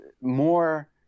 more